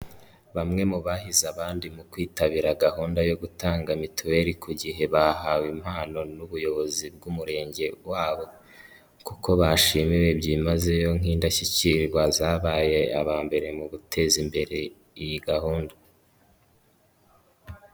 Bamwe mu bahize abandi mu kwitabira gahunda yo gutanga mituweli ku gihe, bahawe impano n'ubuyobozi bw'umurenge wabo kuko bashimiwe byimazeyo nk'indashyikirwa zabaye aba mbere mu guteza imbere iyi gahunda.